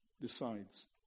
decides